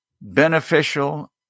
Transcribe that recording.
beneficial